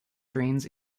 drains